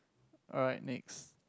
alright next